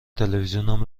تلویزیونم